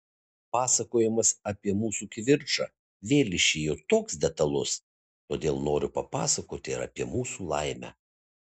pasakojimas apie mūsų kivirčą vėl išėjo toks detalus todėl noriu papasakoti ir apie mūsų laimę